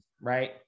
right